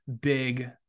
big